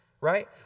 right